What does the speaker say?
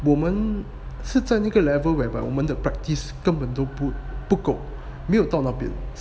我们是在哪个 level whereby 我们的 practice 根本都不不够没有到那边